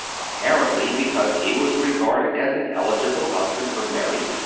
apparently because he was regarded as an eligible husband for mary,